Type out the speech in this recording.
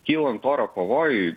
kylant oro pavojui